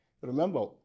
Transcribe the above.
Remember